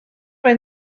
mae